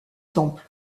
temple